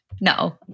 No